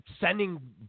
sending